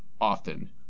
often